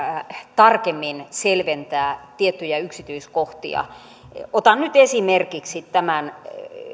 tarkemmin selventää tiettyjä yksityiskohtia otan nyt esimerkiksi tämän